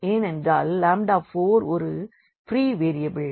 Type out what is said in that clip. ஏனென்றால் 4 ஒரு free variable